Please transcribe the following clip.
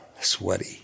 Sweaty